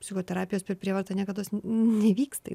psichoterapijos per prievartą niekados nevyksta